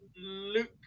Luke